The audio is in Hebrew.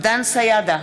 דן סידה,